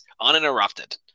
uninterrupted